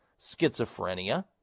schizophrenia